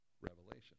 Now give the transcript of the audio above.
Revelation